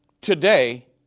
today